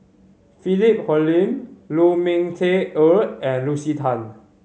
Philip Hoalim Lu Ming Teh Earl and Lucy Tan